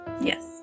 Yes